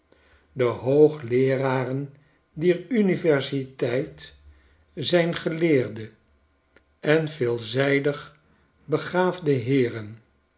de hoogleeraren dier universiteit zijn geleerde en veelzijdig begaafde heeren